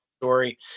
story